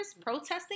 protesting